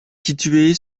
située